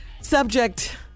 Subject